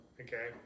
Okay